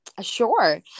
Sure